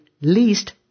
least